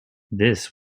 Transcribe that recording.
this